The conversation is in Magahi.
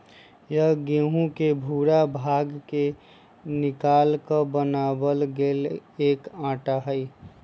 यह गेहूं के भूरा भाग के निकालकर बनावल गैल एक आटा हई